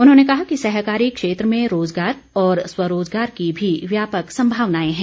उन्होंने कहा कि सहकारी क्षेत्र में रोज़गार और स्वरोज़गार की भी व्यापक संभावनाएं हैं